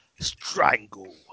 Strangle